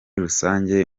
rusange